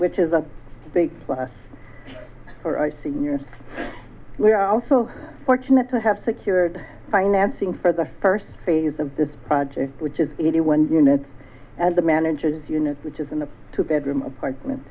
which is a big plus for our seniors we're also fortunate to have secured financing for the first phase of this project which is eighty one units and the manager's unit which is in a two bedroom apartment